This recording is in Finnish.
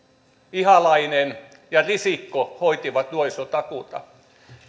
ihalainen ja risikko hoitivat nuorisotakuuta